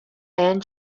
and